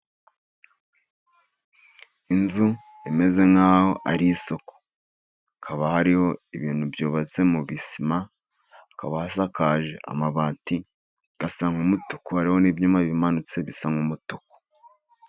Inzu imeze nk'aho ari isoko, hakaba hariho ibintu byubatse mu gisima, hakaba hasakaje amabati asa nk'umutuku hariho n'ibyuma bimanutse bisa nk'umutuku.